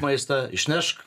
maistą išnešk